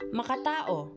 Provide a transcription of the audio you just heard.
MaKatao